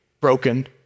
broken